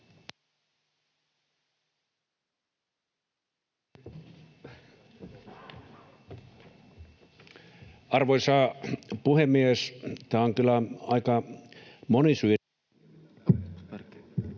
Arvoisa puhemies! Tämä on kyllä aika monisyinen